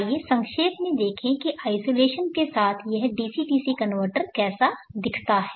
आइए संक्षेप में देखें कि आइसोलेशन के साथ यह डीसी डीसी कनवर्टर कैसा दिखता है